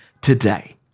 today